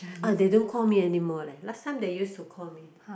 ah they don't call me anymore leh last time they used to call me